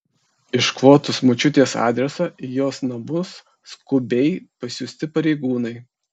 iškvotus močiutės adresą į jos namus skubiai pasiųsti pareigūnai